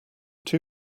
too